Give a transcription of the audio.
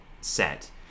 set